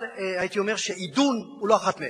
אבל הייתי אומר שעידון הוא לא אחת מהן.